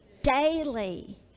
Daily